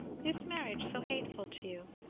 is marriage so hateful to you?